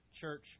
church